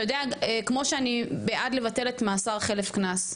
אתה יודע, כמו שאני בעד לבטל את מאסר חלף קנס.